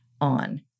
on